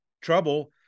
trouble